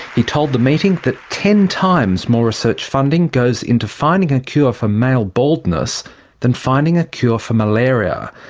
he told the meeting that ten times more research funding goes into finding a cure for male baldness than finding a cure for malaria,